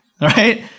right